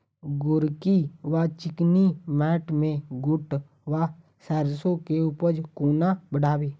गोरकी वा चिकनी मैंट मे गोट वा सैरसो केँ उपज कोना बढ़ाबी?